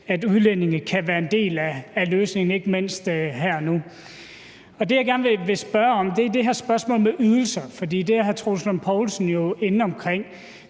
at udlændinge kan være en del af løsningen, ikke mindst her og nu. Det, jeg gerne vil spørge om, er det her med ydelser, for det er hr. Troels Lund Poulsen jo inde omkring.